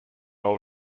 all